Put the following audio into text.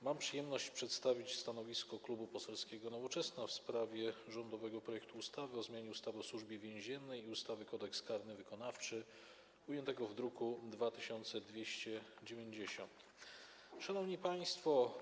Mam przyjemność przedstawić stanowisko Klubu Poselskiego Nowoczesna w sprawie rządowego projektu ustawy o zmianie ustawy o Służbie Więziennej i ustawy Kodeks karny wykonawczy, zawartego w druku nr 2290. Szanowni Państwo!